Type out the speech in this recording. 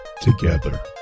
together